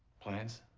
plans?